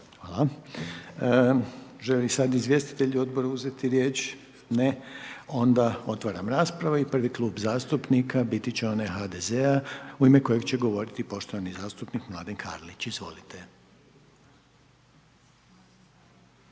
Hvala, žele li sad izvjestitelji Odbora uzeti riječ? Ne, onda otvaram raspravu i prvi Klub zastupnika biti će onaj HDZ-a, u ime kojeg će govoriti poštovani zastupnik Mladen Karlić, izvolite.